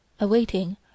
awaiting